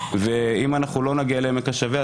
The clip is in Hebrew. ואם אנחנו לא נגיע לעמק השווה,